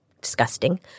disgusting